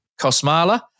Kosmala